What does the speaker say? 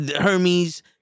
Hermes